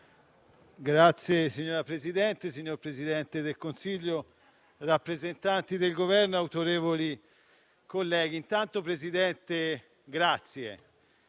*(PD)*. Signor Presidente, signor Presidente del Consiglio, rappresentanti del Governo, autorevoli colleghi,